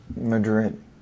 madrid